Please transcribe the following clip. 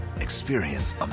Experience